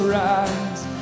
rise